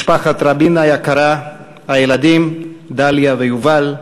משפחת רבין היקרה, הילדים דליה ויובל,